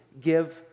give